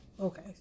Okay